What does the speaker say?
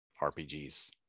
RPGs